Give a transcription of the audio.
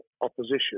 opposition